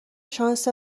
شانس